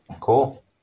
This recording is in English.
Cool